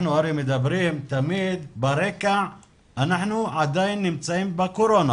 אנחנו הרי מדברים ותמיד ברקע אנחנו עדיין נמצאים בתקופת הקורונה